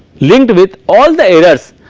linked with all the errors